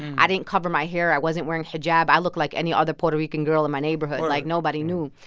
i didn't cover my hair. i wasn't wearing hijab. i looked like any other puerto rican girl in my neighborhood. like, nobody knew.